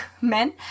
men